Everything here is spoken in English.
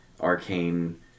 arcane